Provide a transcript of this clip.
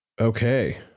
Okay